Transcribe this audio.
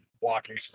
walking